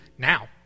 now